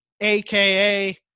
AKA